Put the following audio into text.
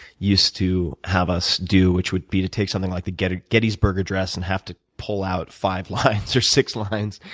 used to have us do, which would be to take something like the gettysburg address and have to pull out five lines or six lines,